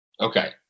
Okay